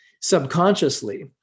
subconsciously